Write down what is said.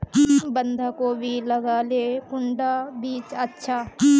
बंधाकोबी लगाले कुंडा बीज अच्छा?